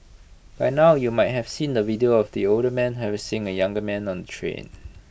by now you might have seen the video of the older man harassing A younger man on the train